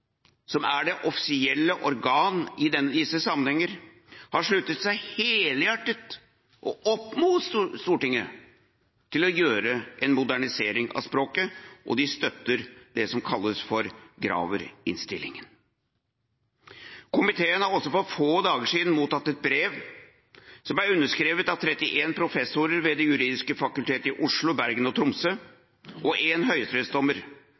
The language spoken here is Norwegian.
som er det offisielle organ i disse sammenhenger, har sluttet helhjertet opp om at Stortinget foretar en modernisering av språket, og de støtter det som kalles Graver-innstillinga. Komiteen mottok for få dager siden et brev som er underskrevet av 31 professorer ved de juridiske fakulteter i Oslo, Bergen og Tromsø og en